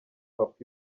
hop